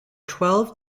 twelve